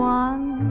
one